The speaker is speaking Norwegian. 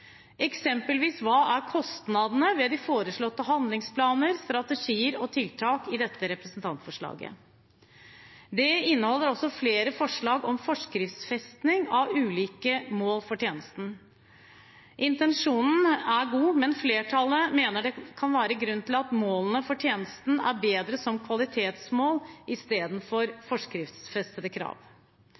Eksempelvis: Hva er kostnadene ved de foreslåtte handlingsplaner, strategier og tiltak i dette representantforslaget? Det inneholder også flere forslag om forskriftsfesting av ulike mål for tjenesten. Intensjonen er god, men flertallet mener det kan være grunn til at målene for tjenesten er bedre som kvalitetsmål, i stedet for som forskriftsfestede krav.